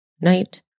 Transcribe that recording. night